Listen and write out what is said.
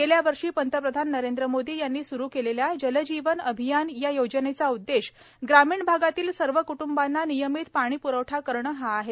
गेल्या वर्षी पंतप्रधान नरेंद्र मोदी यांनी सुरू केलेल्या जल जीवन अभियान या योजनेचा उद्देश ग्रामीण भागातील सर्व कुटुंबांना नियमित पाणी प्रवठा करणे हा आहे